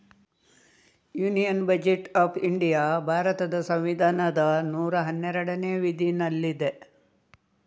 union budget of India ಭಾರತದ ಸಂವಿಧಾನದ ನೂರಾ ಹನ್ನೆರಡನೇ ವಿಧಿನಲ್ಲಿದೆ